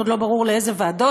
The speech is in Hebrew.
עוד לא ברור לאיזה ועדות,